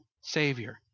Savior